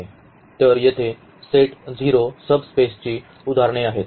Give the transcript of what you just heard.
तर येथे सेट 0 सब स्पेसची उदाहरणे आहेत